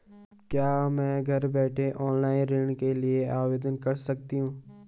क्या मैं घर बैठे ऑनलाइन ऋण के लिए आवेदन कर सकती हूँ?